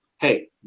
hey